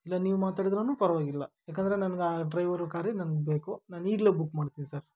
ಇಲ್ಲ ನೀವು ಮಾತಾಡಿದ್ರು ಪರವಾಗಿಲ್ಲ ಯಾಕಂದರೆ ನನ್ಗೆ ಆ ಡ್ರೈವರ್ ಕಾರೇ ನಮ್ಗೆ ಬೇಕು ನಾನು ಈಗಲೇ ಬುಕ್ ಮಾಡ್ತೀನಿ ಸರ್